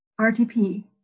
RTP